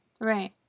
Right